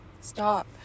Stop